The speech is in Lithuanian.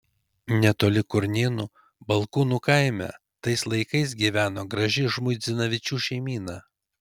netoli kurnėnų balkūnų kaime tais laikais gyveno graži žmuidzinavičių šeimyna